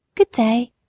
good-day,